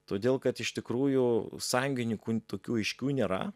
todėl kad iš tikrųjų sąjungininkų tokių aiškių nėra